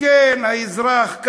מסכן האזרח.